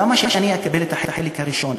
למה שאני אקבל את החלק הראשון?